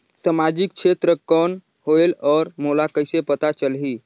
समाजिक क्षेत्र कौन होएल? और मोला कइसे पता चलही?